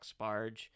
sparge